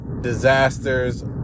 disasters